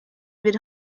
bir